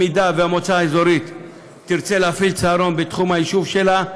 אם המועצה האזורית תרצה להפעיל צהרון בתחום היישוב שלה,